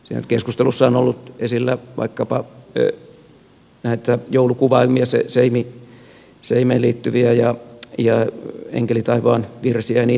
siinä keskustelussa on ollut esillä vaikkapa näitä joulukuvaelmia seimeen liittyviä ja enkeli taivaan virsiä ja niin edelleen